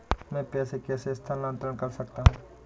मैं पैसे कैसे स्थानांतरण कर सकता हूँ?